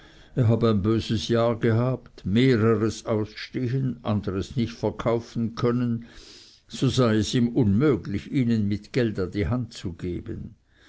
er habe ein böses jahr gehabt mehreres ausstehen anderes nicht verkaufen können so sei es ihm unmöglich ihnen mit geld an die hand zu gehen